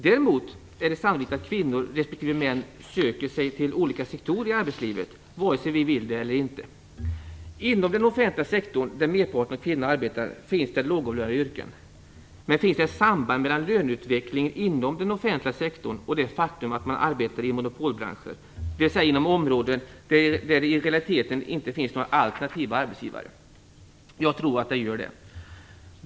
Däremot är det sannolikt att kvinnor respektive män söker sig till olika sektorer i arbetslivet, vare sig vi vill det eller inte. Inom den offentliga sektorn, där merparten av kvinnorna arbetar, finns det lågavlönade yrken. Men finns det ett samband mellan löneutvecklingen inom den offentliga sektorn och det faktum att man arbetar i monopolbranscher, dvs. inom områden där det i realiteten inte finns några alternativa arbetsgivare? Jag tror att det gör det.